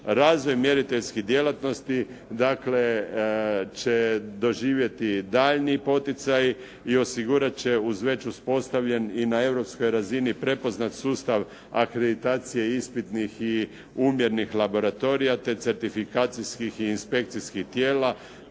Razvoj mjeriteljske djelatnosti dakle će doživjeti daljnji poticaj i osigurat će uz već uspostavljen i na europskoj razini prepoznat sustav akreditacije ispitnih i … /Govornik se ne razumije./ … laboratorija te certifikacijskih i inspekcijskih tijela,